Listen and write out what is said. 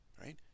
right